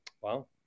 Wow